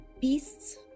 beasts